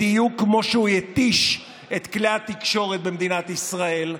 בדיוק כמו שהוא התיש את כלי התקשורת במדינת ישראל,